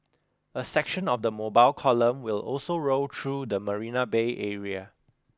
a section of the mobile column will also roll through the Marina Bay area